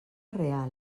real